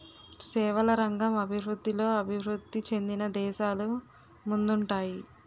సేవల రంగం అభివృద్ధిలో అభివృద్ధి చెందిన దేశాలు ముందుంటాయి